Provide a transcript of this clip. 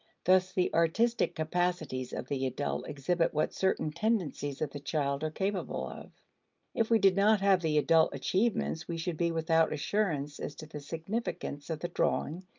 thus the artistic capacities of the adult exhibit what certain tendencies of the child are capable of if we did not have the adult achievements we should be without assurance as to the significance of the drawing,